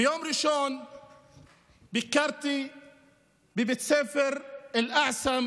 ביום ראשון ביקרתי בבית ספר אלאעסם